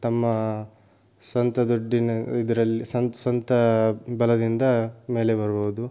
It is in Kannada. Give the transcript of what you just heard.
ತಮ್ಮ ಸ್ವಂತ ದುಡ್ಡಿನ ಇದರಲ್ಲಿ ಸ್ವನ್ ಸ್ವಂತ ಬಲದಿಂದ ಮೇಲೆ ಬರ್ಬೋದು